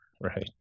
right